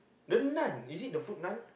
the Nun is it the foot nun